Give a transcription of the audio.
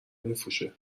میفروشه